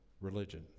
religion